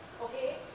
okay